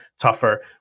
tougher